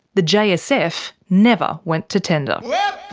the jsf never went to tender. yeah